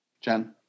Jen